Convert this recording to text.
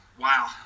Wow